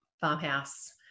farmhouse